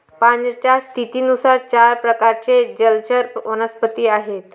पाण्याच्या स्थितीनुसार चार प्रकारचे जलचर वनस्पती आहेत